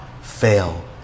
fail